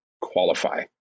qualify